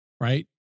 right